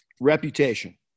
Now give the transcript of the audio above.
Reputation